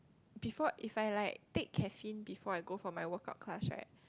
before if I like take caffeine before I go for my workout class right